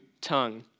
tongue